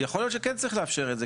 יכול להיות שכן צריך אפשר את זה.